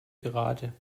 gerade